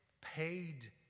paid